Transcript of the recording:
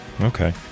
Okay